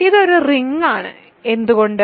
ഇതൊരു റിങ്ങാണ് എന്തുകൊണ്ട്